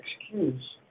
excuse